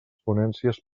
ponències